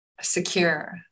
secure